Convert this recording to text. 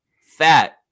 fat